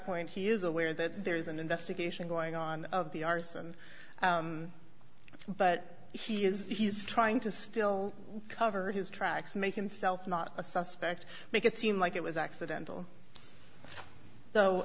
point he is aware that there is an investigation going on of the arson but he is he's trying to still cover his tracks make himself not a suspect make it seem like it was accidental so